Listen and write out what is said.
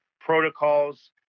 protocols